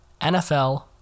NFL